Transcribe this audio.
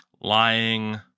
Lying